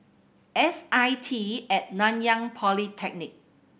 S I T and Nanyang Polytechnic